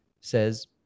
says